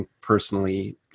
personally